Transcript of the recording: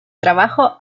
trabajo